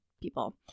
people